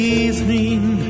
evening